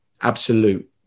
absolute